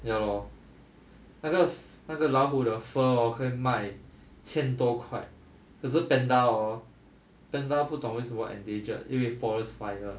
ya lor 那个那个老虎的 fur hor 可以卖千多块可是 panda hor panda 不懂为什么 endangered 因为 forest fire lah